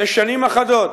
זה שנים אחדות,